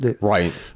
right